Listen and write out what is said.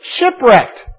Shipwrecked